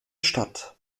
statt